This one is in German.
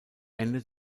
ende